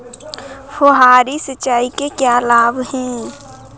फुहारी सिंचाई के क्या लाभ हैं?